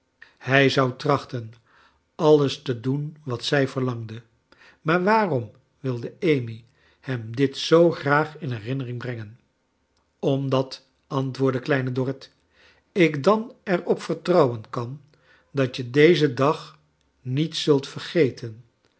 hij zou trachten alles te do en wat zij verlangde maar waarom wilde amy hem dit zoo graag in herinnering brengen omdat antwoordde kleine dorrit ik dan er op vertrouwen kan dat je dezen dag niet zult verge